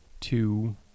two